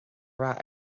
rath